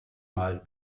mal